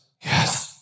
yes